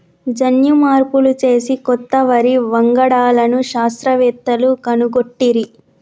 జన్యు మార్పులు చేసి కొత్త వరి వంగడాలను శాస్త్రవేత్తలు కనుగొట్టిరి